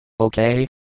Okay